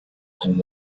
and